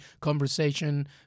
conversation